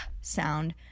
sound